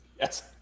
Yes